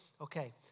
Okay